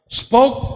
spoke